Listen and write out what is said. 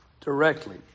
directly